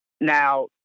Now